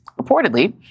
Reportedly